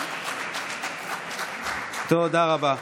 תודה רבה.